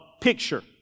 picture